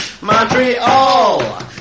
Montreal